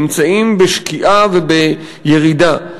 נמצאים בשקיעה ובירידה,